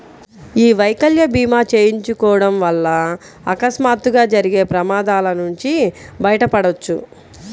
యీ వైకల్య భీమా చేయించుకోడం వల్ల అకస్మాత్తుగా జరిగే ప్రమాదాల నుంచి బయటపడొచ్చు